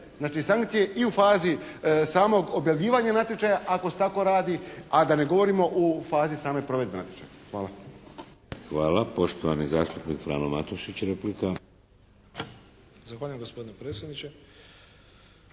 Znači sankcije i u fazi samog objavljivanja natječaja ako se tako radi, a da ne govorimo u fazi same provedbe natječaja. Hvala. **Šeks, Vladimir (HDZ)** Hvala. Poštovani zastupnik Frano Matušić. Replika. **Matušić, Frano (HDZ)** Zahvaljujem gospodine predsjedniče.